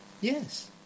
Yes